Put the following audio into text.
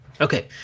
Okay